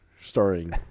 starring